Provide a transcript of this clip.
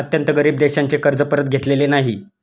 अत्यंत गरीब देशांचे कर्ज परत घेतलेले नाही